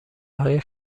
های